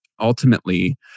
ultimately